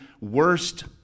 worst